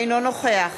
אינו נוכח